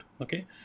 Okay